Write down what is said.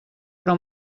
però